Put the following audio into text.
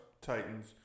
Titans